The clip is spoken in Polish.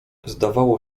zdawało